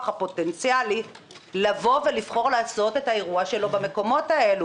הפוטנציאלי לבחור לעשות את האירוע שלו במקומות האלה,